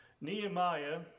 Nehemiah